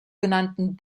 genannten